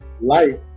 life